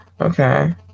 Okay